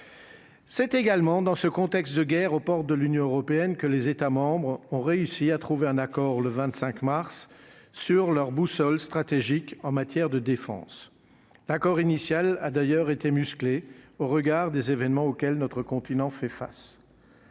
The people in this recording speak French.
C'est également dans ce contexte de guerre au port de l'Union européenne que les États membres ont réussi à trouver un accord, le vingt-cinq mars sur leur boussole stratégique en matière de défense d'accord initial a d'ailleurs été musclée au regard des événements auxquels notre continent fait face,